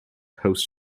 host